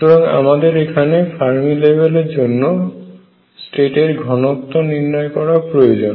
সুতরাং আমাদের এখানে ফার্মি লেভেলের জন্য স্টেট এর ঘনত্ব নির্ণয় করা প্রয়োজন